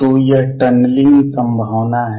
तो यह टनलिंग संभावना है